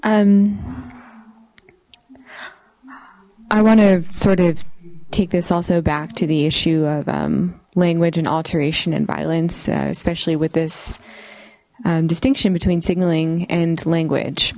it i want to sort of take this also back to the issue of language and alteration and violence especially with this distinction between signalling and language